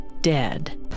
dead